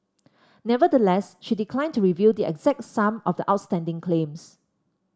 nevertheless she declined to reveal the exact sum of the outstanding claims